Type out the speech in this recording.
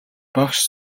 багш